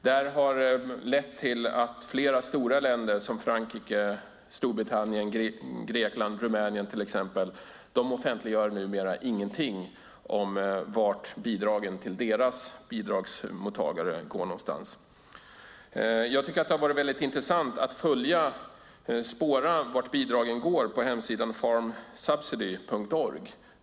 Detta har lett till att flera stora länder, till exempel Frankrike, Storbritannien, Grekland och Rumänien, numera inte offentliggör något alls om vart bidragen till bidragsmottagare i de länderna går någonstans. Det har varit intressant att spåra vart bidragen går på hemsidan farmsubsidy.org.